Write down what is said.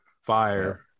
Fire